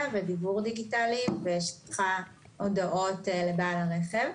ודיוור דיגיטלי ושליחת הודעות לבעל הרכב.